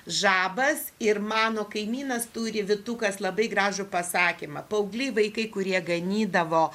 žabas ir mano kaimynas turi vytukas labai gražų pasakymą paaugliai vaikai kurie ganydavo